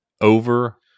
over